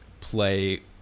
play